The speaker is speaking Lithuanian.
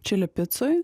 čili picoj